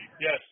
yes